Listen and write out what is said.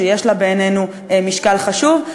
שיש לה בעינינו משקל חשוב,